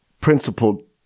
principled